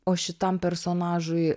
o šitam personažui